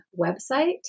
website